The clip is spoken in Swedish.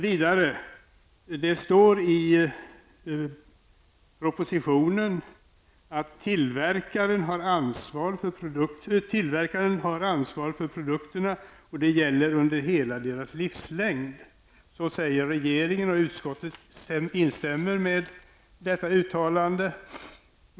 Vidare står i propositionen att tillverkaren har ansvar för produkterna och att det gäller under hela deras livslängd. Så säger regeringen, och utskottet instämmer med detta uttalande.